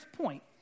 point